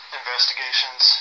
investigations